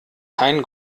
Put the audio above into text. kein